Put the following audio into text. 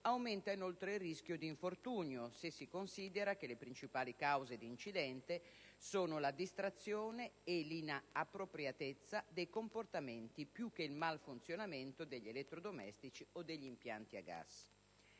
aumenta inoltre il rischio di infortunio, se si considera che le principali cause di incidente sono la distrazione e l'inappropriatezza dei comportamenti, più che il malfunzionamento degli elettrodomestici o degli impianti a gas.